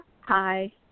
Hi